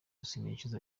sinicuza